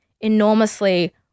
enormously